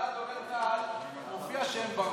בתגובת דובר צה"ל מופיע שהם ברחו.